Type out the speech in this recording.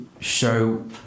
show